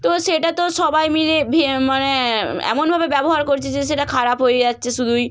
তো সেটা তো সবাই মিলে ভি মানে এমনভাবে ব্যবহার করছে যে সেটা খারাপ হয়ে যাচ্ছে শুধুই